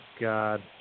god